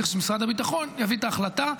אני צריך שמשרד הביטחון יביא את ההחלטה.